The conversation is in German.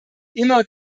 immer